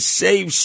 save